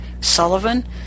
Sullivan